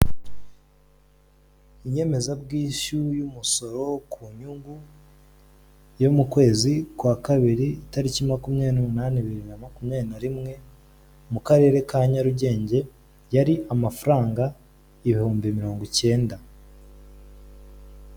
Inyemezabwishyu y'umusoro ku nyungu yo mu kwezi kwa kabiri, itariki makumyabiri n'umunani bibiri na makumyabiri na rimwe mu karere ka Nyarugenge, yari amafaranga ibihumbi mirongo icyenda.